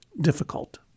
difficult